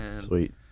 Sweet